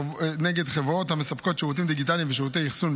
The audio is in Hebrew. חברות המספקות שירותים דיגיטליים ושירותי אחסון.